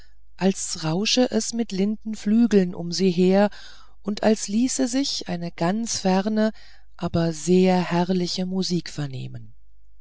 als rausche es mit linden flügeln um sie her und als ließe sich eine ganz ferne aber sehr herrliche musik vernehmen